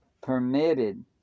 Permitted